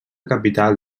capital